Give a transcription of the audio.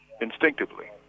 Instinctively